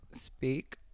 Speak